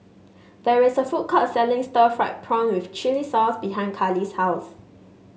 there is a food court selling Stir Fried Prawn with Chili Sauce behind Karlee's house